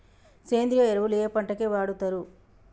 సేంద్రీయ ఎరువులు ఏ పంట కి వాడుతరు?